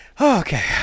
Okay